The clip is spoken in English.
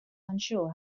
unsure